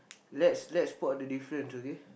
let's let's spot the difference okay